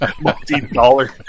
Multi-dollar